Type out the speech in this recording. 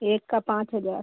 एक का पाँच हजार